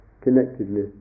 connectedness